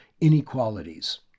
inequalities